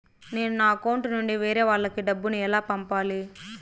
నేను నా అకౌంట్ నుండి వేరే వాళ్ళకి డబ్బును ఎలా పంపాలి?